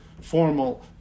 formal